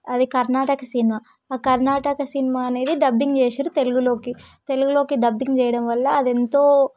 అది Karnataka cinema Karnataka cinema అనేది dubbing చేసిండ్రు తెలుగులోకి తెలుగులోకి డబ్బింగ్ చేయడం వల్ల అదెంతో